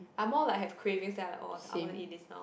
I more like have cravings then I like oh okay I want to eat this now